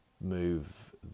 move